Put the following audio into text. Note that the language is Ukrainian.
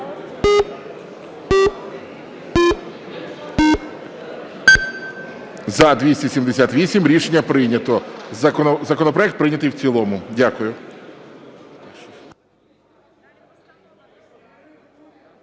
За-278 Рішення прийнято. Законопроект прийнятий в цілому. Дякую.